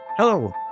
Hello